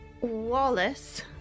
Wallace